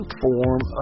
form